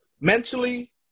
mentally